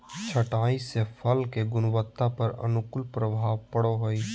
छंटाई से फल के गुणवत्ता पर अनुकूल प्रभाव पड़ो हइ